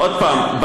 עוד פעם,